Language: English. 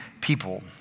people